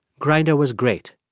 grindr was great